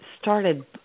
started